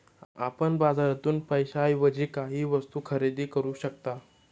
आपण बाजारातून पैशाएवजी काहीही वस्तु खरेदी करू शकता